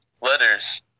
letters